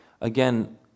Again